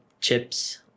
chips